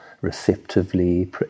receptively